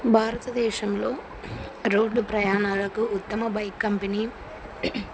భారతదేశంలో రోడ్డు ప్రయాణాలకు ఉత్తమ బైక్ కంపెనీ